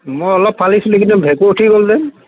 মই অলপ ফালিছিলোঁ কিন্তু ভেঁকুৰ উঠি গ'ল যে